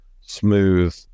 smooth